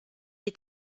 est